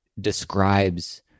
describes